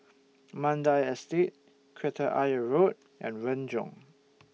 Mandai Estate Kreta Ayer Road and Renjong